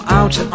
out